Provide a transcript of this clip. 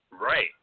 right